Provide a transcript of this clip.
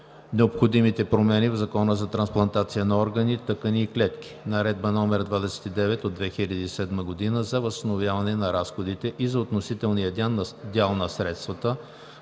необходимите промени в: Закона за трансплантация на органи, тъкани и клетки; Наредба № 29 от 2007 г. за възстановяване на разходите и за относителния дял на средствата